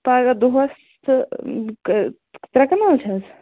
پَگاہ دۅہَس تہٕ ترٛےٚ کنال چھِ حظ